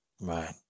Right